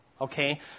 Okay